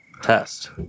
test